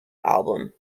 album